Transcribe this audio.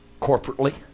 corporately